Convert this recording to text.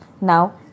Now